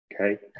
Okay